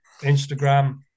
Instagram